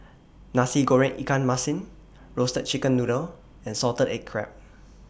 Nasi Goreng Ikan Masin Roasted Chicken Noodle and Salted Egg Crab